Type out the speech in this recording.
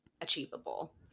achievable